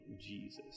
Jesus